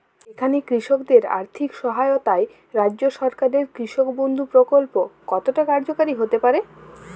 এখানে কৃষকদের আর্থিক সহায়তায় রাজ্য সরকারের কৃষক বন্ধু প্রক্ল্প কতটা কার্যকরী হতে পারে?